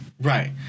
Right